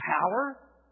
power